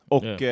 Och